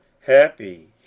happy